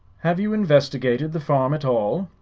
have you investigated the farm at all?